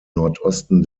nordosten